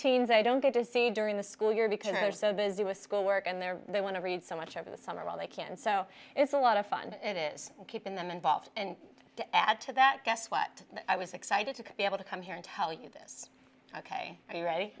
teens i don't get to see during the school year because they're so busy with school work and they're they want to read so much over the summer while they can so it's a lot of fun it is keeping them involved and to add to that guess what i was excited to be able to come here and tell you this ok are you r